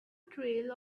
trail